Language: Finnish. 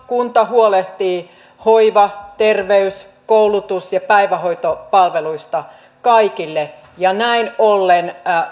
kunta huolehtii hoiva terveys koulutus ja päivähoitopalveluista kaikille ja näin ollen